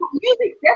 music